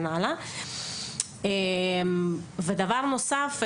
דבר נוסף,